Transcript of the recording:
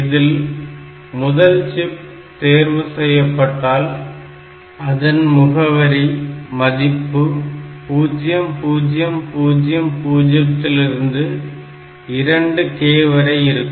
இதில் முதல் சிப் தேர்வு செய்யப்பட்டால் அதன் முகவரி மதிப்பு 0000 லிருந்து 2k வரை இருக்கும்